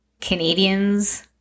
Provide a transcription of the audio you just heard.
Canadians